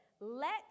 Let